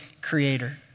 creator